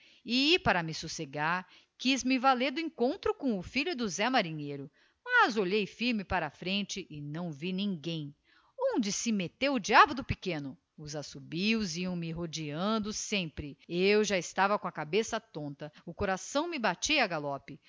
para me socegar quiz me valer do encontro com o filho do zé marinheiro mas olhei firme para a frente e não vi ninguém onde se metteu o diabo do pequeno os assobios iam me rodeiando sempre eu já estava com a cabeça tonta o coração me batia a galope